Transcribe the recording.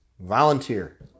volunteer